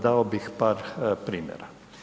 Dao bih par primjere.